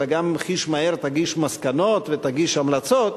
אלא גם חיש מהר תגיש מסקנות ותגיש המלצות.